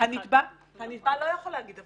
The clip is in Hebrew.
הנתבע לא יכול להגיד: